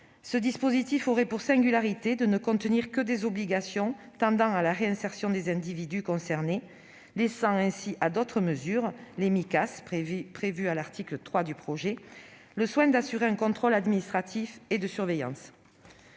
Ce dispositif aurait pour spécificité de ne contenir que des obligations tendant à la réinsertion des individus concernés, laissant ainsi à d'autres mesures- les Micas prévues à l'article 3, en l'occurrence -le soin d'exercer un contrôle administratif et de surveillance.